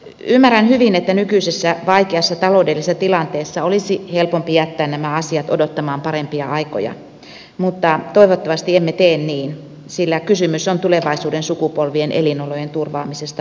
ymmärrän hyvin että nykyisessä vaikeassa taloudellisessa tilanteessa olisi helpompi jättää nämä asiat odottamaan parempia aikoja mutta toivottavasti emme tee niin sillä kysymys on tulevaisuuden sukupolvien elinolojen turvaamisesta maapallollamme